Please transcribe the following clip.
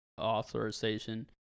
authorization